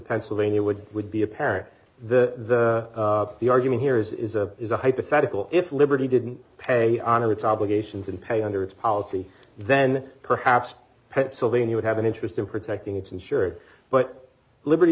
pennsylvania would would be apparent the the argument here is a is a hypothetical if liberty didn't pay honor its obligations and pay under its policy then perhaps pennsylvania would have an interest in protecting its insurer but liberty